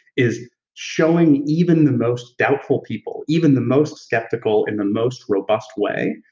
is showing even the most doubtful people, even the most skeptical in the most robust way,